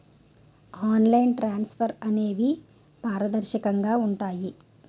online transfers అనేవి పారదర్శకంగా ఉంటాయి